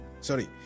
sorry